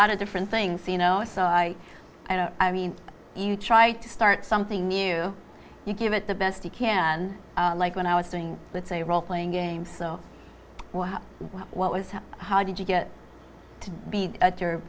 lot of different things see you know so i i mean you try to start something new you give it the best you can like when i was doing it's a role playing game so what was how did you get to be your